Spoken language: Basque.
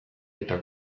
eta